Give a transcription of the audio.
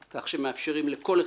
כך שמאפשרים לכל אחד,